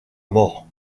mort